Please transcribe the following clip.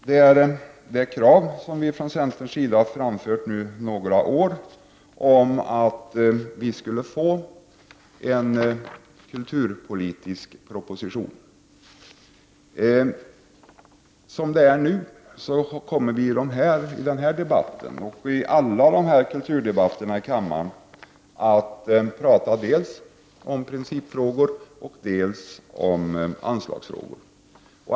Det gäller det krav som vi från centerns sida har framfört under några år om att det skall läggas fram en kulturpolitisk proposition. Som det är nu kommer vi i denna debatt och i alla kulturdebatterna i kammaren att tala dels om principfrågor, dels om anslagsfrågor.